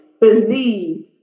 believe